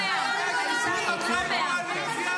לא, היא לא מאה, האישה הזאת לא מאה.